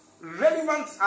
relevant